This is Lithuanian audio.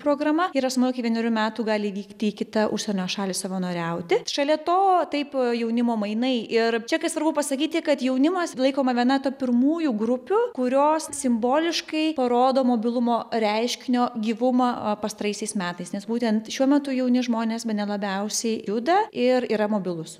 programa ir asmuo iki vienerių metų gali vykti į kitą užsienio šalį savanoriauti šalia to taip jaunimo mainai ir čia ką svarbu pasakyti kad jaunimas laikoma viena ta pirmųjų grupių kurios simboliškai parodo mobilumo reiškinio gyvumą a pastaraisiais metais nes būtent šiuo metu jauni žmonės bene labiausiai juda ir yra mobilūs